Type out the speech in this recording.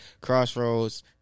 Crossroads